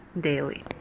daily